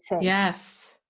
yes